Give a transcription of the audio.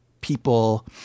people –